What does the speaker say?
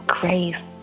grace